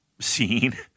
scene